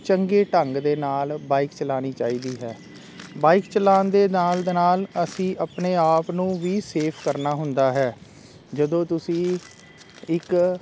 ਚੰਗੇ ਢੰਗ ਦੇ ਨਾਲ ਬਾਈਕ ਚਲਾਉਣੀ ਚਾਹੀਦੀ ਹੈ ਬਾਈਕ ਚਲਾਨ ਦੇ ਨਾਲ ਦੇ ਨਾਲ ਅਸੀਂ ਆਪਣੇ ਆਪ ਨੂੰ ਵੀ ਸੇਫ ਕਰਨਾ ਹੁੰਦਾ ਹੈ ਜਦੋਂ ਤੁਸੀਂ ਇੱਕ